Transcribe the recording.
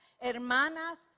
hermanas